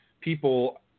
people –